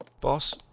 Boss